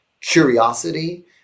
curiosity